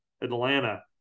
Atlanta